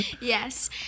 Yes